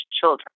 children